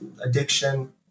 addiction